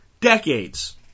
decades